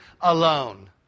alone